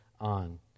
on